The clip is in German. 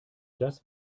das